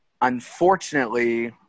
unfortunately